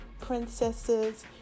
princesses